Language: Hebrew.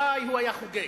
וואו, הוא היה חוגג.